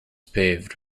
paved